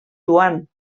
joan